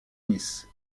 nice